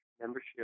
membership